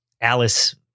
Alice